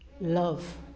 love